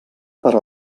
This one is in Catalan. per